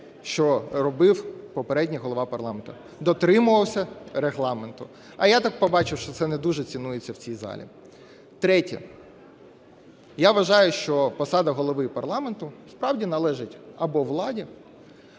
що робив попередній Голова парламенту – дотримувався Регламенту. А я так побачив, що це не дуже цінується в цій залі. Третє. Я вважаю, що посада Голови парламенту справді належить або владі,